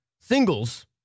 Singles